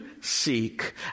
seek